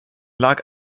lag